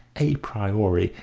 a priori,